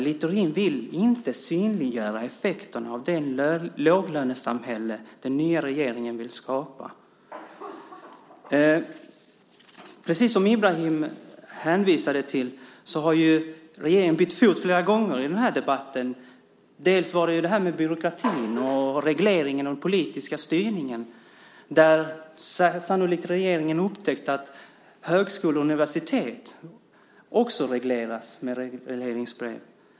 Littorin vill inte synliggöra effekterna av det låglönesamhälle den nya regeringen vill skapa. Precis som Ibrahim Baylan hänvisade till har regeringen bytt fot flera gånger i den här debatten. Det handlade om byråkratin och regleringen och den politiska styrningen där sannolikt regeringen upptäckt att högskolor och universitet också regleras med regleringsbrev.